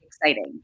exciting